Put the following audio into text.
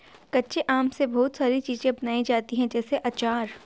कच्चे आम से बहुत सारी चीज़ें बनाई जाती है जैसे आचार